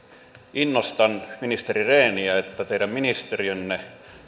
innostan ministeri rehniä että teidän ministeriönne